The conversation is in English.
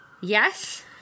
Yes